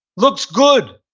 looks good.